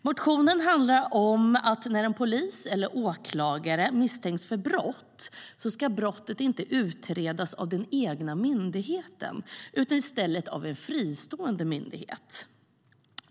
Motionen handlar om att brott som en polis eller åklagare misstänks ha begått inte ska utredas av den egna myndigheten utan av en fristående myndighet.